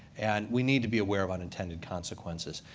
and we need to be aware of unintended consequences.